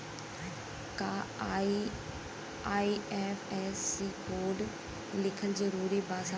का IFSC code लिखल जरूरी बा साहब?